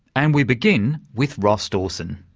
and we begin with ross dawson.